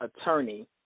attorney